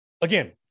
Again